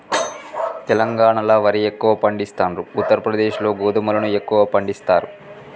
తెలంగాణాల వరి ఎక్కువ పండిస్తాండ్రు, ఉత్తర ప్రదేశ్ లో గోధుమలను ఎక్కువ పండిస్తారు